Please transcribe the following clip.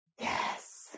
yes